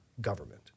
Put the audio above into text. government